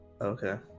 Okay